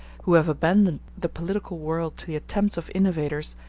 who have abandoned the political world to the attempts of innovators,